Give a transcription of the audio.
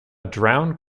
drowned